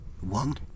One